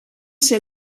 ser